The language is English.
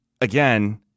again